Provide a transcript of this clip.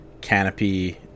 Canopy